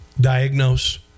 diagnose